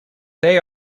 they